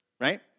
right